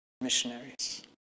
missionaries